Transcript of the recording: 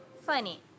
funny